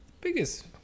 biggest